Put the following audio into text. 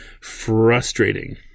frustrating